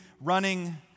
running